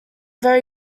very